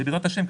ובעזרת השם,